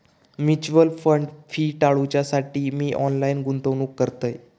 mutual fund fee टाळूच्यासाठी मी online गुंतवणूक करतय